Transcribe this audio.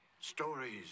Stories